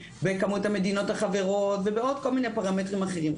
בכמות המדינות החברות ועוד כל מיני פרמטרים אחרים.